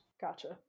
Gotcha